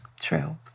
True